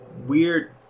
weird